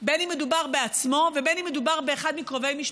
בין שמדובר בעצמו ובין שמדובר באחד מקרובי משפחתו,